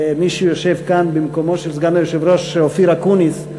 ומי שיושב כאן במקומו של סגן היושב-ראש אופיר אקוניס,